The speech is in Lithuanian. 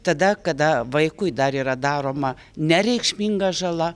tada kada vaikui dar yra daroma nereikšminga žala